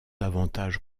davantage